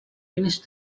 finish